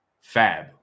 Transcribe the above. fab